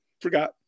forgot